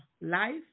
life